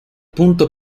punto